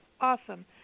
awesome